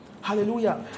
Hallelujah